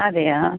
അതെയോ